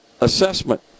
assessment